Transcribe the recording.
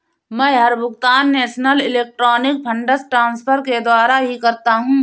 मै हर भुगतान national electronic funds transfer के द्वारा ही करता हूँ